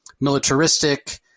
militaristic